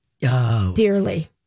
dearly